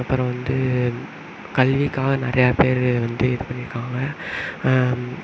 அப்புறம் வந்து கல்விக்காக நிறையா பேர் வந்து இது பண்ணியிருக்காங்க